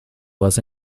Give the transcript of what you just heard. was